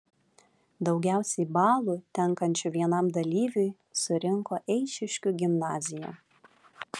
daugiausiai balų tenkančių vienam dalyviui surinko eišiškių gimnazija